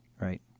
right